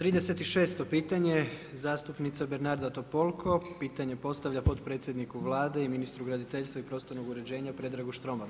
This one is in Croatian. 36. pitanje zastupnica Bernarda Topolko, pitanje postavlja potpredsjedniku Vlade i ministru graditeljstva i prostornog uređenja Predragu Štromaru.